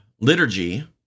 liturgy